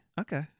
okay